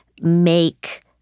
make